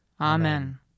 Amen